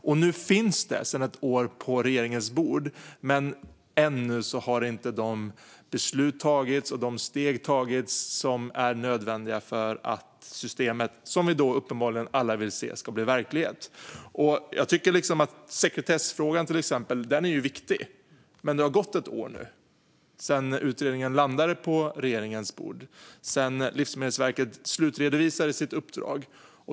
Och nu finns det sedan ett år på regeringens bord, men ännu har inte de beslut och de steg tagits som är nödvändiga för att systemet, som alla uppenbarligen vill se, ska bli verklighet. Jag tycker att exempelvis sekretessfrågan är viktig. Men det har nu gått ett år sedan utredningen landade på regeringens bord och Livsmedelsverket slutredovisade sitt uppdrag.